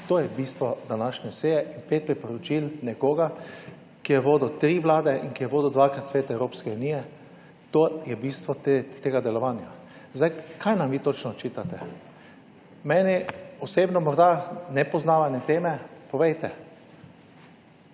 To je bistvo današnje seje in pet priporočil nekoga, ki je vodil tri Vlade, in ki je vodil dvakrat Svet Evropske unije, to je bistvo tega delovanja. Kaj nam vi točno očitate? Meni osebno morda nepoznavanje teme. Povejte.